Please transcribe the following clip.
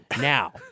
now